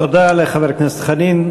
תודה לחבר הכנסת חנין.